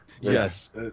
Yes